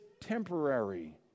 temporary